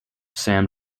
sam